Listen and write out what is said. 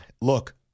Look